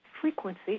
frequency